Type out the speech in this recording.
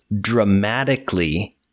dramatically